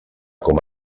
com